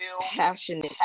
passionate